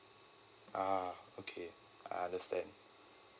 a'ah okay I understand